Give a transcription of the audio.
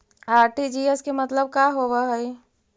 RTGS के मतलब का होव हई?